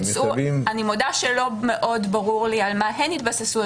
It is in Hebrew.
מודה שלא מאוד ברור לי על מה הם התבססו.